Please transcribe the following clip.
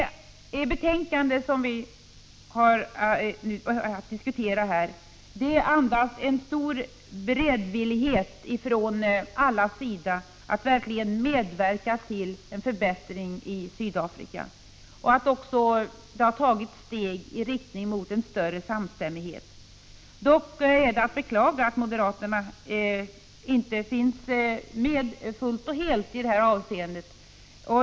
Det betänkande som vi diskuterar andas en stor beredvillighet från allas 29 sida att verkligen medverka till en förbättring i Sydafrika. Det har också tagits steg i riktning mot en större samstämmighet. Dock är att beklaga att moderaterna inte finns med helt och fullt i det här avseendet.